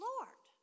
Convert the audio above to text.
Lord